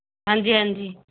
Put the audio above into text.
ਹਾਂਜੀ ਹਾਂਜੀ